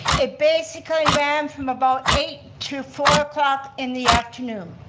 it basically ran from about eight to four o'clock in the afternoon.